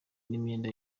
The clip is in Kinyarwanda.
n’imyenda